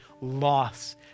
loss